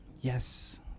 Yes